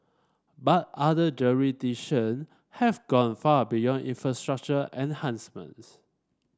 but other jurisdiction have gone far beyond infrastructure enhancements